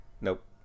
Nope